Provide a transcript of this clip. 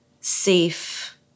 safe